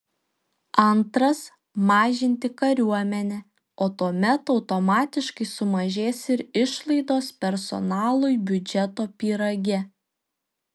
antras mažinti kariuomenę o tuomet automatiškai sumažės ir išlaidos personalui biudžeto pyrage